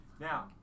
Now